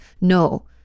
No